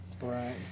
Right